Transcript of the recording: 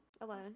Alone